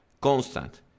constant